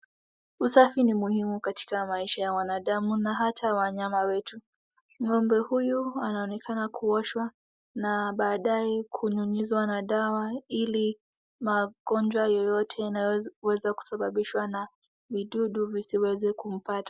Usafi ni muhimu katika maisha ya wanadamu na hata wanyama wetu.Ng'ombe huyu anaonekana kuoshwa na baadae kunyunyizwa na dawa ili magonjwa yeyote yanayoweza kusababishwa na vidudu visiweze kumpata.